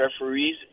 referees